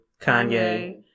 Kanye